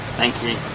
thank you.